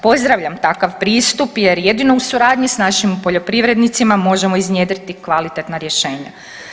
Pozdravljam takav pristup jer jedino u suradnji s našim poljoprivrednicima možemo iznjedriti kvalitetna rješenja.